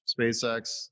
SpaceX